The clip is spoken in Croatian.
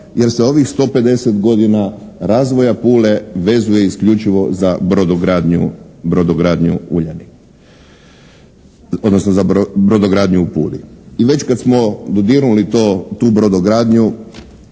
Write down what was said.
jer se ovih 150 godina razvoja Pule vezuje isključivo za brodogradnju Uljanik. Odnosno za brodogradnju u Puli. I već kad smo dodirnuli to, tu brodogradnju